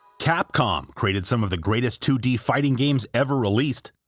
capcom created some of the greatest two d fighting games ever released,